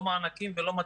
לא מענקים ולא מתנות.